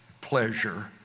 pleasure